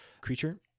creature